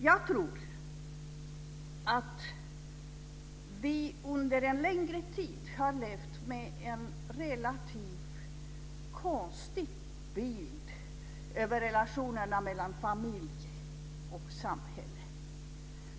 Jag tror att vi under en längre tid har levt med en relativt konstig bild över relationerna mellan familj och samhälle.